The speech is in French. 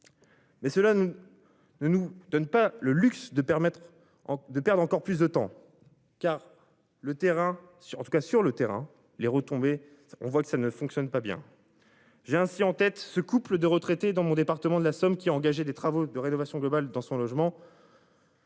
encore plus de temps car le terrain. C'est en tout cas sur le terrain les retombées. On voit que ça ne fonctionne pas bien. J'ai ainsi en tête ce couple de retraités dans mon département de la Somme qui a engagé des travaux de rénovation globale dans son logement.